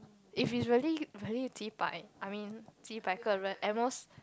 if it's really really 几百: ji bai I mean 几百个人 at most